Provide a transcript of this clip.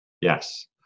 Yes